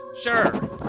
sure